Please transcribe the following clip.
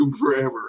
forever